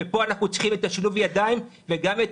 ופה אנחנו צריכים את שילוב הידיים וגם את